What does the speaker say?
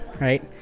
right